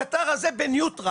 הקטר הזה בניוטרל,